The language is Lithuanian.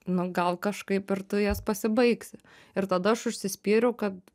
nu gal kažkaip ir tu jas pasibaigsi ir tada aš užsispyriau kad